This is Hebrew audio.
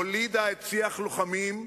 הולידה את "שיח לוחמים",